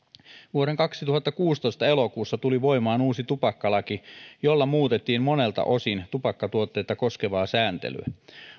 vuoden kaksituhattakuusitoista elokuussa tuli voimaan uusi tupakkalaki jolla muutettiin monelta osin tupakkatuotteita koskevaa sääntelyä